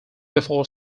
before